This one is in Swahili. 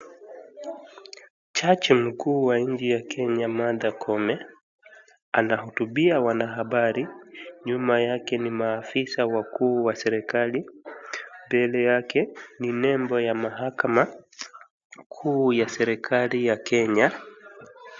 Jajii mkuu wa nchi ya Kenya Martha Koome anahutubia wanahabari. Nyuma yake ni maafisa wakuu wa serikali. Mbele yake ni nembo ya mahakama kuu ya serikali ya Kenya.